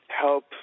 help